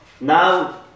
now